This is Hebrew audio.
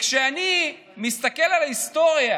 כשאני מסתכל על ההיסטוריה